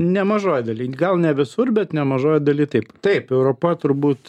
nemažoj daly gal ne visur bet nemažoj daly taip taip europa turbūt